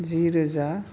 जि रोजा